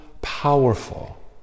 powerful